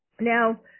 Now